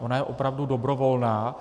Ona je opravdu dobrovolná.